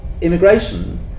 immigration